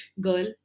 girl